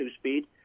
speed